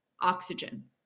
oxygen